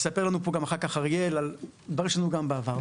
יספר לנו פה אחר-כך אריאל על דברים שהיו גם בעבר.